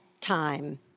time